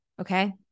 Okay